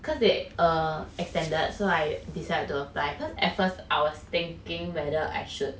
because they err extended so I decided to apply cause at first I was thinking whether I should